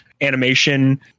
animation